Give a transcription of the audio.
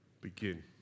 begin